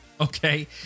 okay